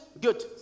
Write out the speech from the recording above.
good